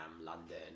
London